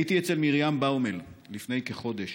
הייתי אצל מרים באומל לפני כחודש.